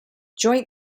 joint